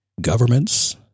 governments